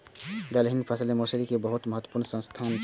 दलहनी फसिल मे मौसरी के बहुत महत्वपूर्ण स्थान छै